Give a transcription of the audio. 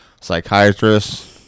Psychiatrist